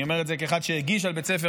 אני אומר את זה כאחד שהגיש על בית ספר